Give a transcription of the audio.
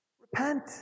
Repent